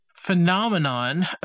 Phenomenon